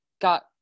got